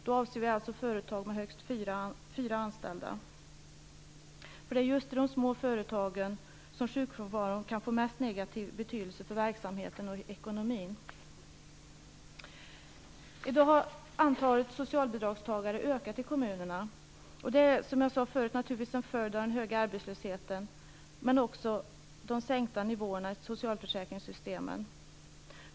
Vi avser då företag med högst fyra anställda. Det är nämligen just i de små företagen som sjukfrånvaron kan få mest negativ betydelse för verksamheten och ekonomin. I dag har antalet socialbidragstagare ökat i kommunerna. Det är naturligtvis en följd av den höga arbetslösheten, som jag sade förut, men också en följd av de sänkta nivåerna i socialförsäkringssystemen.